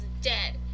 dead